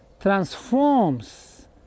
transforms